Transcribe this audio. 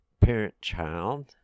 Parent-child